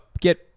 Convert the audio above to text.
get